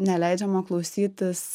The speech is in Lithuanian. neleidžiama klausytis